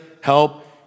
help